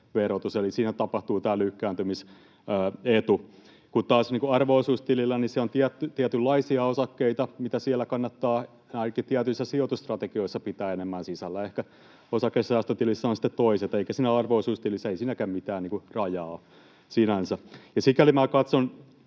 verotus. Eli siinä tapahtuu tämä lykkääntymisetu, kun taas arvo-osuustilillä on tietynlaisia osakkeita, mitä siellä kannattaa ainakin tietyissä sijoitusstrategioissa pitää enemmän sisällä. Ehkä osakesäästötilissä on sitten toiset. Eikä siinä arvo-osuustilissä siinäkään mitään rajaa sinänsä ole. Sikäli katson,